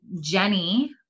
Jenny